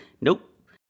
Nope